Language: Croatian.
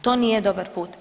To nije dobar put.